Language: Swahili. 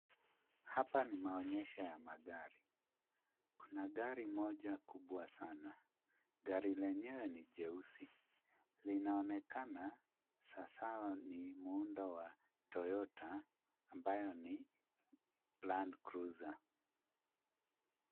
Hapa ni maonyesho ya magari. Kuna gari moja kubwa sana, gari lenyewe ni jeusi. Linaonekana sawasawa ni muundo wa Toyota ambayo ni Land cruiser.